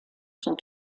sont